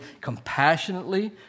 compassionately